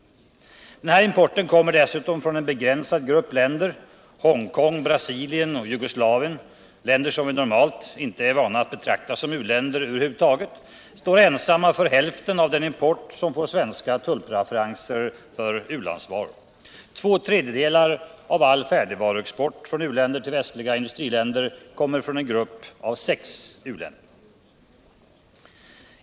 Den här importen kommer dessutom från en begränsad grupp länder. Hongkong, Brasilien och Jugoslavien, länder som vi normalt inte är vana att betrakta som u-länder över huvud taget, står ensamma för hälften av den import som får svenska tullpreferenser för u-landsvaror. Två tredjedelar av all färdigvaruexport från u-länder till västliga industriländer kommer från en grupp på sex u-länder.